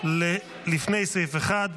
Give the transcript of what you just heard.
לפני סעיף 1,